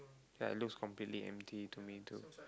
ya it looks completely empty to me too